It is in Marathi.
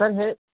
सर हे